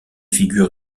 figure